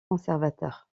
conservateur